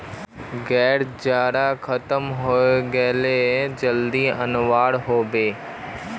गाइर चारा खत्म हइ गेले जल्दी अनवा ह बे